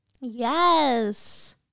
Yes